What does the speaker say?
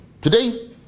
Today